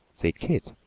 said keith,